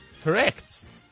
Correct